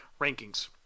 rankings